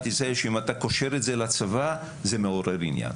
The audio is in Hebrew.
ישראל שאם אתה קושר את זה לצבא זה מעורר עניין,